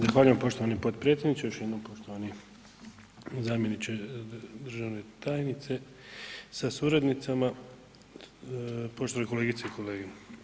Zahvaljujem poštovani potpredsjedniče, još jednom poštovani zamjeniče državne tajnice sa suradnicama, poštovane kolegice i kolege.